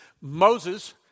Moses